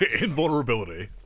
invulnerability